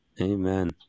amen